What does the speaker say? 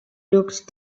looked